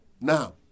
Now